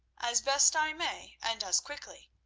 as best i may, and as quickly.